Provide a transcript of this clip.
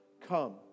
come